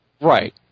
Right